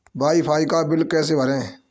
Wi fi का bill कैसे भरें?